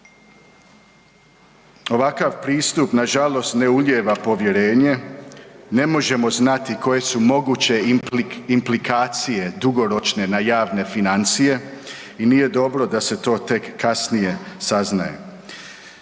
Ovakav pristup nažalost ne ulijeva povjerenje, ne možemo znati koje su moguće implikacije dugoročne na javne financije i nije dobro da se to tek kasnije saznaje.